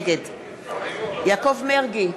נגד יעקב מרגי,